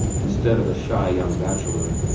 instead of a shy young bachelor,